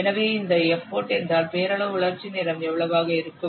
எனவே இந்த எப்போட் என்றால் பெயரளவு வளர்ச்சி நேரம் எவ்வளவாக இருக்கும்